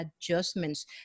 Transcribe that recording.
adjustments